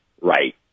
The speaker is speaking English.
right